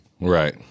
right